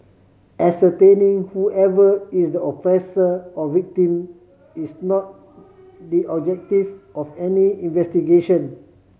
ascertaining whoever is the oppressor or victim is not the objective of any investigation